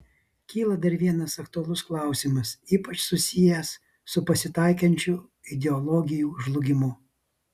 kyla dar vienas aktualus klausimas ypač susijęs su pasitaikančiu ideologijų žlugimu